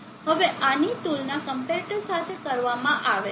હવે આની તુલના ક્મ્પેરેટર સાથે કરવામાં આવે છે